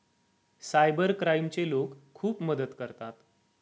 cyber क्राईमचे लोक खूप मदत करतात